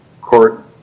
Court